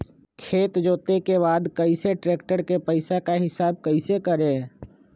खेत जोते के बाद कैसे ट्रैक्टर के पैसा का हिसाब कैसे करें?